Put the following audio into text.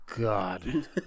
god